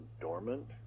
dormant